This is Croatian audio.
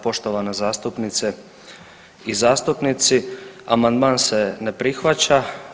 Poštovana zastupnice i zastupnici, amandman se ne prihvaća.